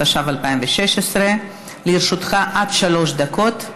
התשע"ו 2016. לרשותך עד שלוש דקות.